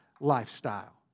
lifestyle